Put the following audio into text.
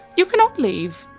you cannot leave.